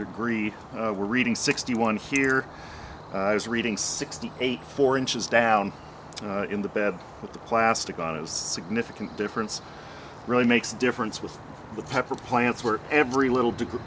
degree we're reading sixty one here i was reading sixty eight four inches down in the bed with the plastic on it was significant difference really makes a difference with the pepper plants where every little degree